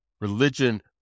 Religion